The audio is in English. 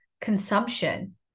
consumption